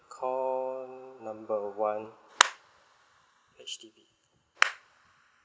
call number one H_D_B